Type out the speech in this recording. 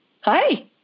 Hi